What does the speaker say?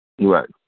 Right